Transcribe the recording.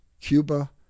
Cuba